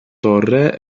torre